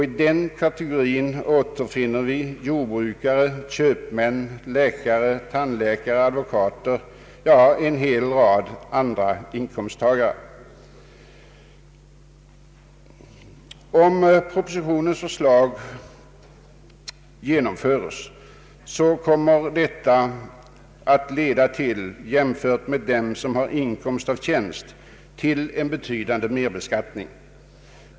I den kategorin återfinner vi jordbrukare, köpmän, läkare, tandläkare, advokater och en hel rad andra inkomsttagare. Om propositionens förslag genomföres kommer det att leda till en betydande merbeskattning för dessa grupper jämfört med dem som har inkomst av tjänst.